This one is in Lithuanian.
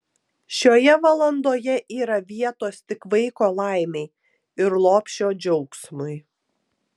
šioje valandoje yra vietos tik vaiko laimei ir lopšio džiaugsmui